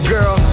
Girl